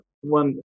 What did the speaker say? One